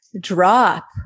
drop